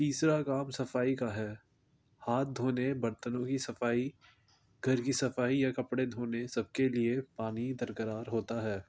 تیسرا کام صفائی کا ہے ہاتھ دھونے برتنوں کی صفائی گھر کی صفائی یا کپڑے دھونے سب کے لیے پانی درکرار ہوتا ہے